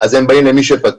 אז הם באים למי שפתוח.